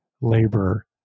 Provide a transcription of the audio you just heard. labor